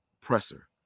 presser